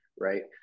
right